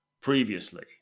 previously